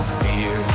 fear